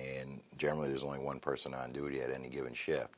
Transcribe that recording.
and generally there's only one person on duty at any given ship